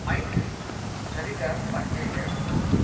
mind సరిగ్గా పనిచేయలేకపోవటం